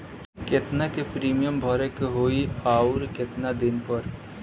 केतना के प्रीमियम भरे के होई और आऊर केतना दिन पर?